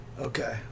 Okay